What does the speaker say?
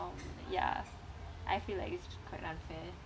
um ya I feel like it's quite unfair